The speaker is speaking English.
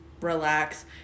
relax